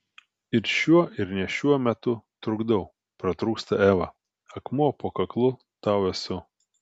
ir šiuo ir ne šiuo metu trukdau pratrūksta eva akmuo po kaklu tau esu